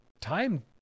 time